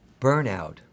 Burnout